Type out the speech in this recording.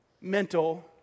mental